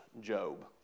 Job